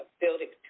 building